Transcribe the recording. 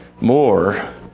more